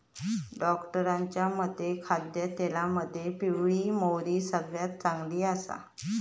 डॉक्टरांच्या मते खाद्यतेलामध्ये पिवळी मोहरी सगळ्यात चांगली आसा